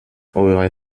eurer